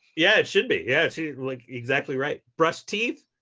yeah, it should be. yeah, she's like exactly right. brush teeth?